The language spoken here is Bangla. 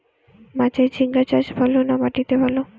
মাচায় ঝিঙ্গা চাষ ভালো না মাটিতে ভালো?